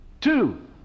Two